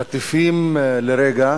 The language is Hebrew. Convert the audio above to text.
חטיפים לרגע